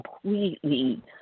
completely